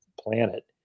planet